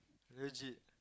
legit